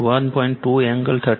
2 angle 35